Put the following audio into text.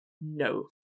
no